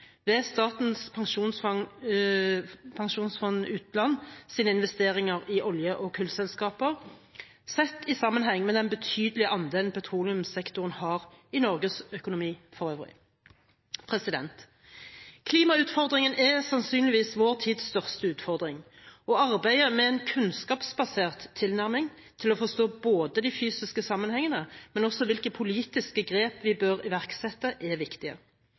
ved Statens pensjonsfond utlands investeringer i olje- og kullselskaper, sett i sammenheng med den betydelige andelen petroleumssektoren har i Norges økonomi for øvrig. Klimautfordringen er sannsynligvis vår tids største utfordring, og arbeidet med en kunnskapsbasert tilnærming til å forstå de fysiske sammenhengene, men også hvilke politiske grep vi bør iverksette, er